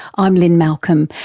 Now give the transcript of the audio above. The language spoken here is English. i'm lynne malcolm,